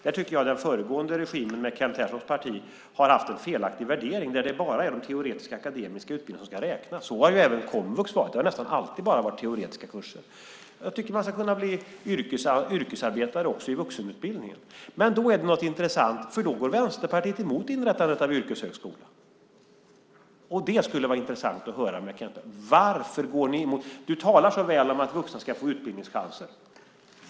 Där tycker jag att den föregående regimen med Kent Perssons parti har haft en felaktig värdering där det bara är de teoretiska akademiska utbildningarna som ska räknas. Så har även komvux varit. Det har nästan alltid varit bara teoretiska kurser. Jag tycker att man ska kunna bli yrkesarbetare också inom vuxenutbildningen. Men då är det något som är intressant, för då går Vänsterpartiet mot inrättandet av en yrkeshögskola. Det skulle vara intressant att höra från Kent Persson: Varför går ni mot det? Han talar så väl om att vuxna ska få utbildningschanser.